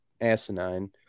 asinine